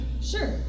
Sure